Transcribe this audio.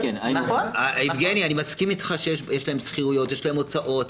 אני מסכים אתך, יבגני, שיש להם שכירויות והוצאות.